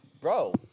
bro